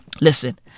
Listen